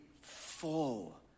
full